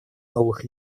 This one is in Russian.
новых